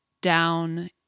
down